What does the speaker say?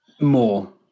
More